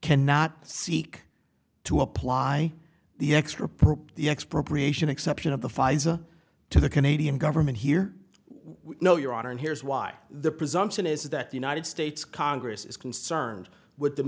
cannot seek to apply the extra per the expropriation exception of the pfizer to the canadian government here we know your honor and here's why the presumption is that the united states congress is concerned with